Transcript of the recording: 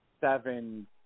seven